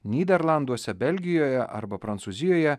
nyderlanduose belgijoje arba prancūzijoje